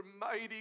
mighty